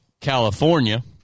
California